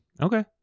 Okay